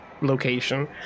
location